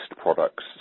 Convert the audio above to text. products